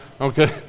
okay